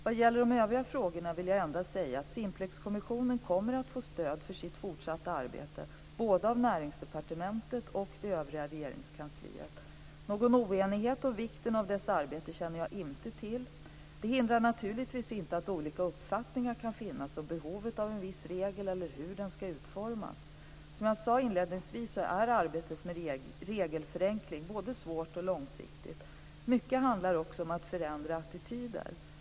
Vad gäller de övriga frågorna vill jag endast säga att Simplexkommissionen kommer att få stöd för sitt fortsatta arbete både av Näringsdepartementet och det övriga Regeringskansliet. Någon oenighet om vikten av dess arbete känner jag inte till. Det hindrar naturligtvis inte att olika uppfattningar kan finnas om behovet av en viss regel eller hur den ska utformas. Som jag sade inledningsvis är arbetet med regelförenkling både svårt och långsiktigt. Mycket handlar om att förändra attityder.